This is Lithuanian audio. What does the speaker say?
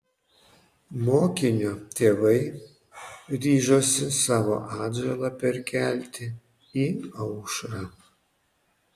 mokinio tėvai ryžosi savo atžalą perkelti į aušrą